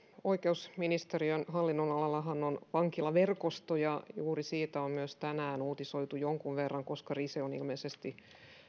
oikeusministeriön hallinnonalallahan on myös vankilaverkosto ja juuri siitä on myös tänään uutisoitu jonkun verran koska rise on ilmeisesti